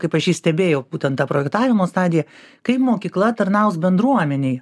kaip aš jį stebėjau būtent tą projektavimo stadiją kaip mokykla tarnaus bendruomenei